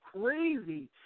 crazy